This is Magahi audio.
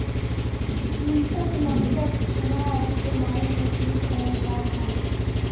कृंतक नाशक चूहा आदि के मारे मे उपयोग करल जा हल